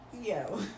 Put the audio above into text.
Yo